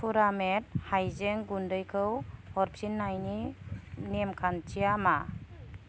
पुरामेट हायजें गुन्दैखौ हरफिन्नायनि नेमखान्थिया मा